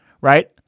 right